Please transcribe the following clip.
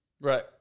Right